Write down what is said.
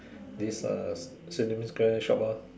this uh Sim-Lim-Square shop ah